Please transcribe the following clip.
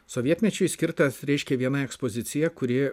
sovietmečiui skirtas reiškia viena ekspozicija kuri